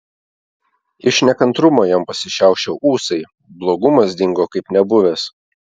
iš nekantrumo jam pasišiaušė ūsai blogumas dingo kaip nebuvęs